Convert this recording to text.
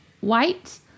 white